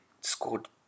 scored